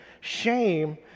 shame